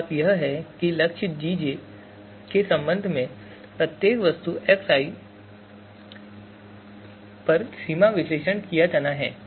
एक बात यह है कि लक्ष्य gj के संबंध में प्रत्येक वस्तु xi पर सीमा विश्लेषण किया जाना है